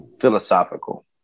Philosophical